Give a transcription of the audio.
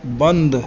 बन्द